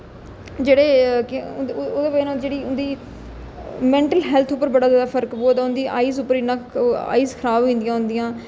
जेह्ड़े कि ओह्दी बजह कन्नै जेह्ड़ी मैन्टल हैल्थ उप्पर बड़ा ज्यादा फर्क पवा दा उं'दी आइज उप्पर इन्ना आइज खराब होई जंदियां उंदियां